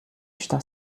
está